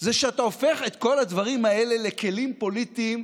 זה שאתה הופך את כל הדברים האלה לכלים פוליטיים,